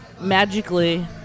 magically